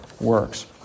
works